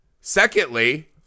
Secondly